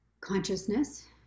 Consciousness